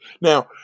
Now